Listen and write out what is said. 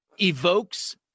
evokes